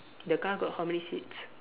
the car got how many seats